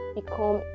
become